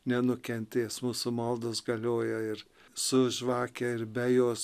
nenukentės mūsų maldos galioja ir su žvake ir be jos